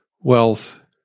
wealth